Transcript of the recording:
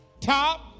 top